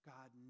God